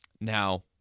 Now